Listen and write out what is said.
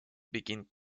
beginnt